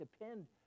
depend